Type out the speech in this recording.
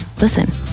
Listen